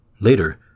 Later